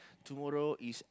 tomorrow is